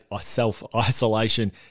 self-isolation